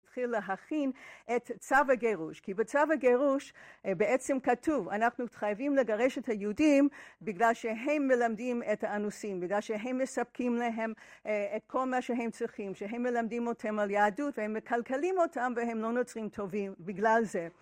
התחיל להכין את צו הגירוש. כי בצו הגירוש בעצם כתוב, אנחנו חייבים לגרש את היהודים בגלל שהם מלמדים את האנוסים, בגלל שהם מספקים להם את כל מה שהם צריכים, שהם מלמדים אותם על יהדות והם מקלקלים אותם, והם לא נוצרים טובים בגלל זה.